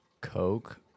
Coke